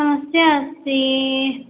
समस्या अस्ति